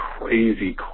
crazy